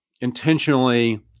intentionally